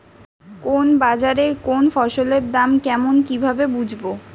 কোন বাজারে কোন ফসলের দাম কেমন কি ভাবে বুঝব?